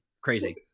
Crazy